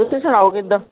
ਤੁਸੀਂ ਸੁਣਾਓ ਕਿੱਦਾਂ